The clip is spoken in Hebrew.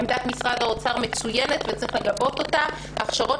עמדת משרד האוצר מצוינת וצריך לגבות אותה הכשרות